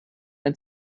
ein